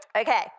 Okay